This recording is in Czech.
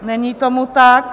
Není tomu tak.